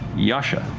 yasha,